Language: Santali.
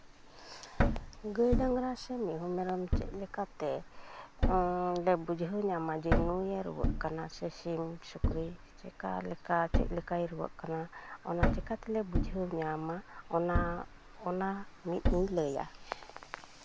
ᱜᱟᱹᱭ ᱰᱟᱝᱨᱟ ᱥᱮ ᱢᱤᱦᱩ ᱢᱮᱨᱚᱢ ᱪᱮᱫ ᱞᱮᱠᱟᱛᱮ ᱵᱩᱡᱷᱟᱹᱣ ᱧᱟᱢᱟ ᱡᱮ ᱱᱩᱭᱮ ᱨᱩᱣᱟᱹᱜ ᱠᱟᱱᱟ ᱥᱮ ᱥᱤᱢ ᱥᱩᱠᱨᱤ ᱪᱤᱠᱟᱹ ᱞᱮᱠᱟ ᱪᱮᱫ ᱞᱮᱠᱟᱭ ᱨᱩᱣᱟᱹᱜ ᱠᱟᱱᱟ ᱚᱱᱟ ᱪᱤᱠᱟᱹ ᱛᱮᱞᱮ ᱵᱩᱡᱷᱟᱹᱣ ᱧᱟᱢᱟ ᱚᱱᱟ ᱚᱱᱟ ᱱᱤᱛᱤᱧ ᱞᱟᱹᱭᱟ